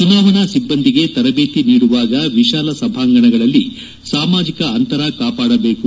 ಚುನಾವಣಾ ಸಿಬ್ಲಂದಿಗೆ ತರಬೇತಿ ನೀಡುವಾಗ ವಿಶಾಲ ಸಭಾಂಗಣಗಳಲ್ಲಿ ಸಾಮಾಜಿಕ ಅಂತರ ಕಾಪಾಡಬೇಕು